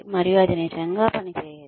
మరియు అది నిజంగా పనిచేయదు